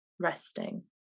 resting